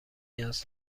نیاز